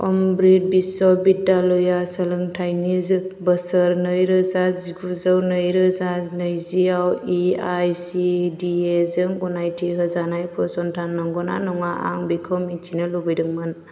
अमृत विश्व बिद्दालया सोलोंथायनि जो बोसोर नैरोजा जिगुजौ नैरोजा नैजिआव A I C T E जों गनायथि होजानाय फसंथान नंगौना नङा आं बेखौ मिथिनो लुबैदोंमोन